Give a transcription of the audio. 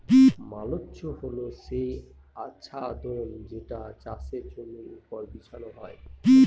mulch হল সেই আচ্ছাদন যেটা চাষের জমির ওপর বিছানো হয়